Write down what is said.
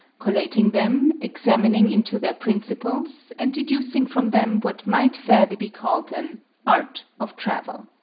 collating them, examining into their principles, and deducing from them what might fairly be called an art of travel.